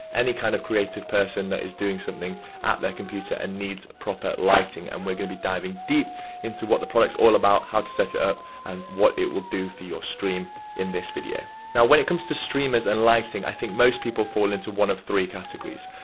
any kind of creative person that is doing something at their computer and needs proper lighting. and we're going to be diving deep into what the product's all about, how to set it up, and what it will do for your stream in this video. now when it comes to streamers and lighting, i think most people fall into one of three categories.